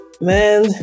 Man